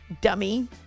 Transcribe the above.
Dummy